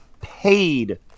paid